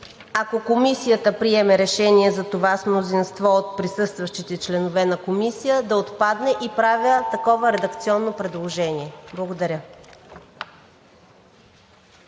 „ако Комисията приеме решение за това с мнозинство от присъстващите членове на Комисия“, да отпадне и правя такова редакционно предложение. Благодаря.